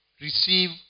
receive